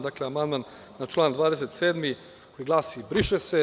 Dakle, amandman na član 27. glasi – briše se.